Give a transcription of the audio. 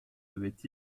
avait